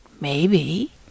maybe